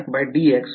तर मग ते